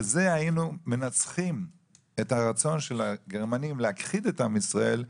בזה היינו מנצחים את הרצון של הגרמנים להכחיד את עם ישראל,